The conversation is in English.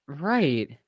right